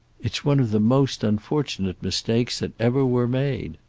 it's one of the most unfortunate mistakes that ever were made.